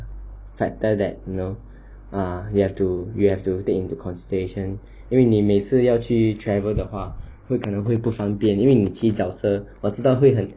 factor that you know uh you have to you have to take into consideration 因为你每次要去 travel 的话会可能会不方便因为你骑脚车我知道会很